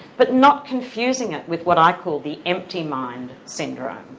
but not confusing it with what i call the empty mind syndrome,